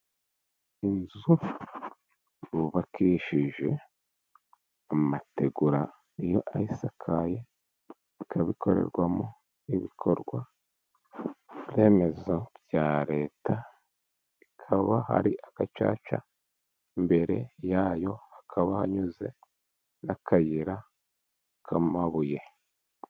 inzu bubakishije amategura, iyo ayisakaye ikaba ikorerwamo ibikorwa remezo bya Reta, bikaba hari agacaca, imbere ya yo hakaba hanyuze n'akayira k'amabuye.